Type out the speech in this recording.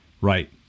Right